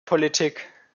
politik